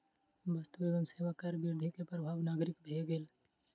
वस्तु एवं सेवा कर में वृद्धि के प्रभाव नागरिक पर भेल अछि